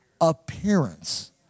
appearance